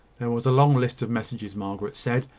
there was a long list of messages, margaret said,